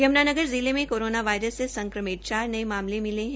यमुनानगर जिले मे coronavirus से संक्रमित चार नये मामले मिले है